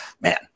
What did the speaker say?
Man